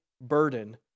burden